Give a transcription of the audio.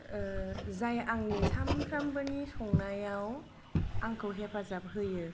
जाय आंनि सानफ्रोमबोनि संनायाव आंखौ हेफाजाब होयो